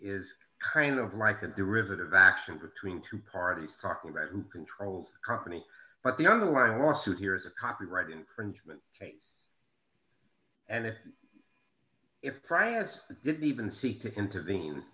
is kind of like a derivative action between two parties talking about who controls the company but the underlying lawsuit here is a copyright infringement case and if try as the does even seek to intervene